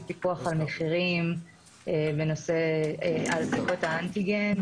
פיקוח על מחירים על בדיקות האנטיגן.